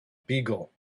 beagle